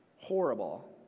horrible